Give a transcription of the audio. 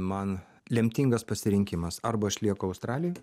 man lemtingas pasirinkimas arba aš lieku australijoj